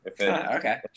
Okay